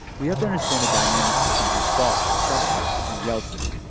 we have to understand the dynamics between his boss, sobchak, and yeltsin,